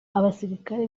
abasirikare